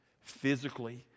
physically